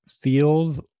feels